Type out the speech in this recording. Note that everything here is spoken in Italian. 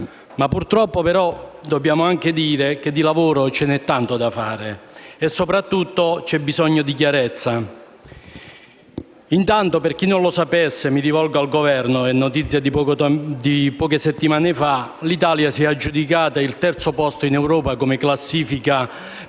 Purtroppo, però, dobbiamo anche dire che c'è tanto lavoro da fare e, soprattutto, c'è bisogno di chiarezza. Intanto, per chi non lo sapesse - mi rivolgo al Governo - è notizia di poche settimane fa che l'Italia si è aggiudicata il terzo posto in Europa nella classifica per il